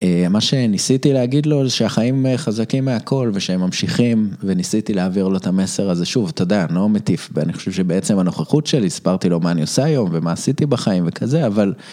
מה שניסיתי להגיד לו זה שהחיים חזקים מהכל ושהם ממשיכים, וניסיתי להעביר לו את המסר הזה שוב, אתה יודע, אני לא מטיף ואני חושב שבעצם הנוכחות שלי, הסברתי לו מה אני עושה היום ומה עשיתי בחיים וכזה אבל.